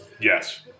Yes